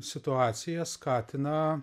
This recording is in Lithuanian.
situacija skatina